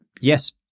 yes